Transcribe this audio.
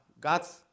God's